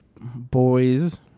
boys